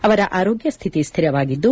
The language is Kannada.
ಅವರ ಆರೋಗ್ಯ ಸ್ಹಿತಿ ಸ್ಹಿರವಾಗಿದ್ದು